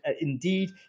Indeed